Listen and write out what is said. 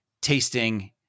tasting